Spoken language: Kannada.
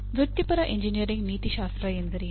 ವೃತ್ತಿಪರ ಎಂಜಿನಿಯರಿಂಗ್ ನೀತಿಶಾಸ್ತ್ರ ಎಂದರೇನು